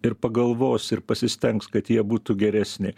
ir pagalvos ir pasistengs kad jie būtų geresni